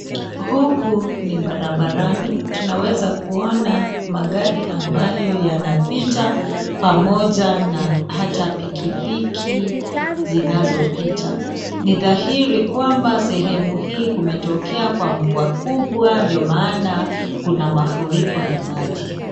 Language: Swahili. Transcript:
Huku ni barabarani tunaweza kuona magari ambayo yanapita pamoja na hata pikipiki zinazopita ni dhahiri kwamba sehemu hii kumetokea kwa mvua kubwa ndio maana kuna mafuriko ya maji.